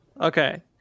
Okay